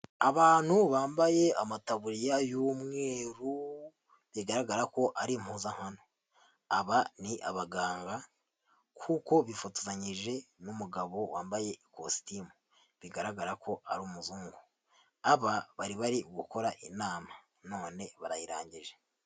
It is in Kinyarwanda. Abantu bambaye amataburiya y'umweru, bigaragara ko ari impuzankano. Aba ni abaganga kuko bifotozanyije n'umugabo wambaye ikositimu, bigaragara ko ari umuzungu. Aba, bari bari gukora inama none barayirangije.